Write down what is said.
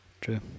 True